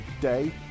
day